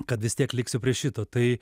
kad vis tiek liksiu prie šito tai